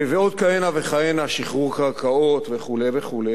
ועוד כהנה וכהנה, שחרור קרקעות, וכו' וכו'.